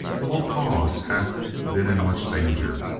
the whole cause hath been in much danger.